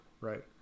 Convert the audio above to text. right